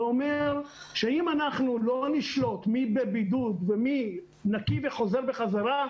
זה אומר שאם אנחנו לא נשלוט מי בבידוד ומי נקי וחוזר בחזרה,